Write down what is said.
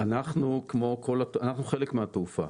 אנחנו חלק מהתעופה.